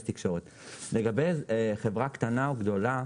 לגבי חברה קטנה או גדולה,